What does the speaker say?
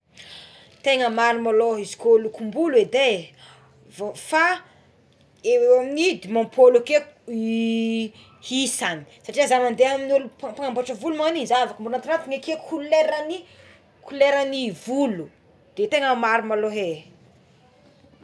Tegna maro maloha izy ko lokombolo é dé vo fa eo eo amigny dimapolo akeo isagny satria za mandeha ny olo mpanamboatra volo oagny igny za avy mbola trenty ekeko ny koleragny kolera ny volo de tegna maro maloha é.